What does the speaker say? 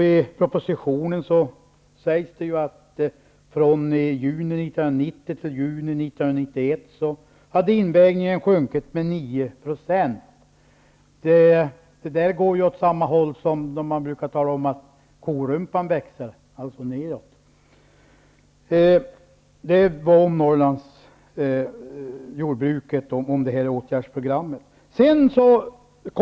I propositionen sägs att invägningen hade sjunkit med 9 % från juni 1990 till juni 1991. Här går utvecklingen åt samma håll som man brukar säga att en korumpa växer, alltså neråt. Detta om Norrlandsjordbruket och åtgärdsprogrammet.